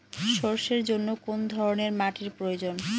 সরষের জন্য কোন ধরনের মাটির প্রয়োজন?